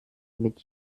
mit